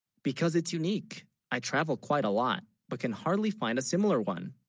because it's unique i travelled quite a lot but can hardly find a similar, one